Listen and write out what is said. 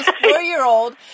four-year-old